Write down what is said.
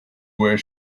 where